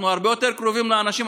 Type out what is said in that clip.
אנחנו הרבה יותר קרובים לאנשים.